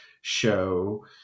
show